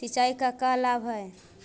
सिंचाई का लाभ है?